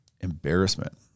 embarrassment